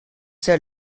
sir